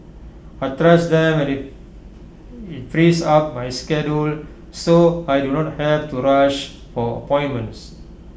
I trust them and IT frees up my schedule so I do not have to rush for appointments